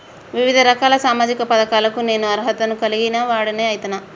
వివిధ రకాల సామాజిక పథకాలకు నేను అర్హత ను కలిగిన వాడిని అయితనా?